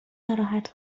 ناراحت